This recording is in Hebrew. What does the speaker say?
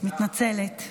אני מתנצלת.